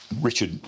Richard